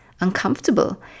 uncomfortable